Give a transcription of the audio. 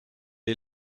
est